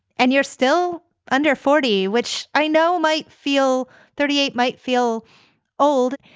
and you're still under forty, which i know might feel thirty eight. might feel old,